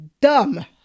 dumb